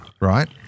right